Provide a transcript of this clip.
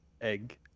Egg